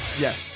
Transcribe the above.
Yes